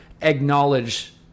acknowledge